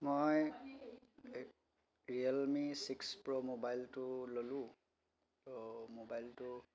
মই realme six pro মোবাইলটো ল'লোঁ ত' মোবাইলটো